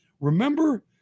Remember